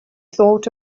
thought